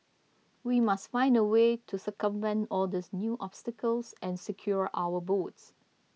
we must find a way to circumvent all these new obstacles and secure our votes